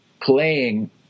playing